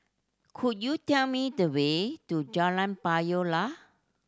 could you tell me the way to Jalan Payoh Lai